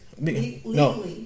no